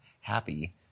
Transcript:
happy